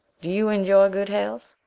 do you enjoy good health?